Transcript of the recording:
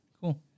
Cool